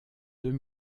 deux